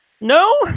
No